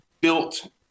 built